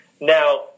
Now